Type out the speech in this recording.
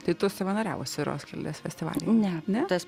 tai tu savanoriavusi roskildės festivalyje ne ne tas